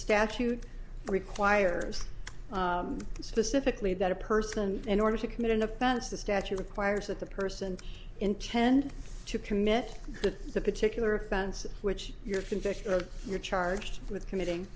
statute requires specifically that a person in order to commit an offense the statute requires that the person intend to commit to the particular offense which you're convicted of you're charged with committing